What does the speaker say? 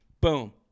Boom